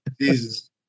Jesus